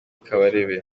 kabarebe